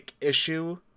issue